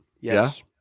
Yes